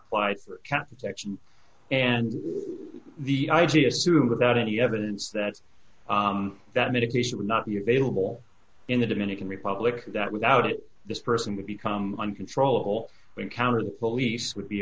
a section and the idea assumed without any evidence that that medication would not be available in the dominican republic that without it this person would become uncontrollable encounter the police would be